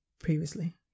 previously